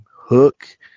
Hook